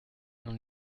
n’en